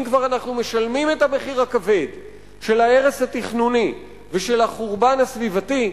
אם כבר אנחנו משלמים את המחיר הכבד של ההרס התכנוני ושל החורבן הסביבתי,